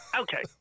Okay